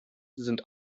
sind